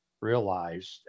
realized